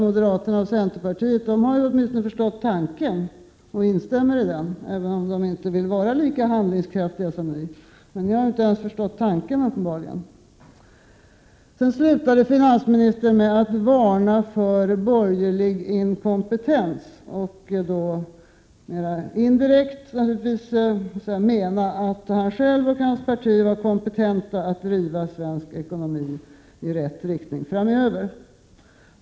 Moderater och centerpartister har åtminstone förstått tanken och instämmer i den, även om de inte vill vara lika handlingskraftiga som vi. Men socialdemokraterna har alltså uppenbarligen inte ens förstått tanken. Finansministern slutade med att varna för borgerlig inkompetens. Därmed menade han — naturligtvis indirekt — att han själv och hans parti var kompetenta att driva svensk ekonomi i rätt riktning framöver.